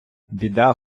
біда